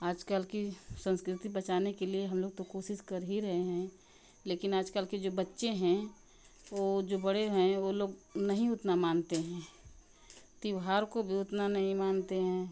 आजकल की संस्कृति बचाने के लिए हम लोग तो कोशिश कर ही रहे हैं लेकिन आज कल के जो बच्चे हैं वह जो बड़े हैं वह लोग नहीं उतना मानते हैं त्यौहार को भी उतना नहीं मानते हैं